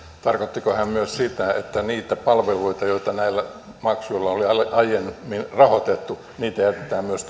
tarkoittiko hän myös sitä että niitä palveluita joita näillä maksuilla on aiemmin rahoitettu jätetään myös